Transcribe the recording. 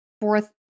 fourth